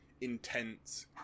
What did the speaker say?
intense